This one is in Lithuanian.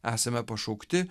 esame pašaukti